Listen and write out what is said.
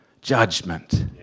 judgment